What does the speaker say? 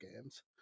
games